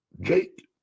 jake